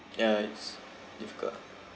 ya it's difficult ah